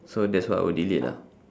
so that's what I would delete lah